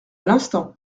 l’instant